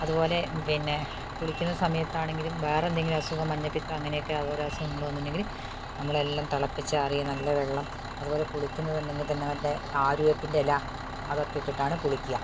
അതുപോലെ പിന്നെ കുളിക്കുന്ന സമയത്താണെങ്കിലും വേറെയെന്തെങ്കിലും അസുഖം മഞ്ഞപ്പിത്തം അങ്ങനെയൊക്കെ ഓരോ അസുഖങ്ങൾ വന്നിട്ടുണ്ടെങ്കിൽ നമ്മളെല്ലാം തിളപ്പിച്ചാറിയ നല്ല വെള്ളം അതുപോലെ കുളിക്കുന്നുണ്ടെങ്കിൽ തന്നെ മറ്റേ ആര്യവേപ്പിന്റെ ഇല അതൊക്കെ ഇട്ടിട്ടാണ് കുളിക്കുക